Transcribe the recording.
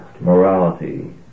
morality